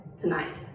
tonight